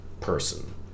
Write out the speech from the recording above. Person